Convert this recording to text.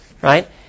Right